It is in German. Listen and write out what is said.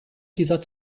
dieser